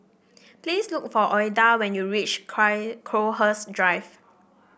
please look for Ouida when you reach Crowhurst Drive